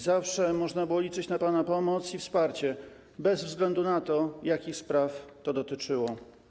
Zawsze można było liczyć na pana pomoc i wsparcie bez względu na to, jakich spraw to dotyczyło.